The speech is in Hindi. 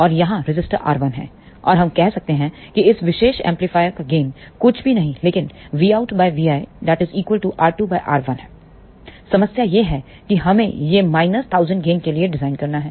और यहाँ रजिस्टर R1 है और हम कह सकते हैं कि इस विशेष एम्पलीफायर का गेन कुछ भी नहीं है लेकिन समस्या यह है कि हमें यह माइनस1000 गेन के लिए डिज़ाइन करना है